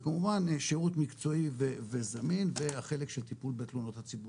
וכמובן שירות מקצועי וזמין והחלק של טיפול בתלונות הציבור.